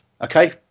Okay